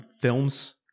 films